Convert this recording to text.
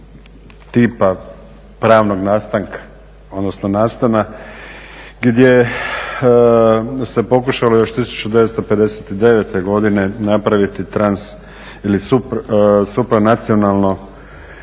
tipa pravnog nastanka, odnosno nastana gdje se pokušalo još 1959. godine napraviti trans ili super nacionalno